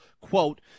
quote